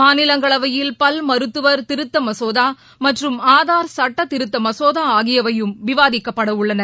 மாநிலங்களவையில் பல்மருத்துவர் திருத்த மசோதா மற்றும் ஆதார் சுட்டதிருத்த மசோதா ஆகியவையும் விவாதிக்கப்படவுள்ளன